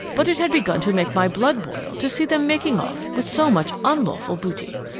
but it had begun to make my blood boil to see them making off with so much unlawful booty.